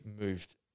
moved